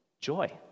joy